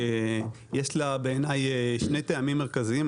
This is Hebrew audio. יש לה בעיניי שני טעמים מינהליים.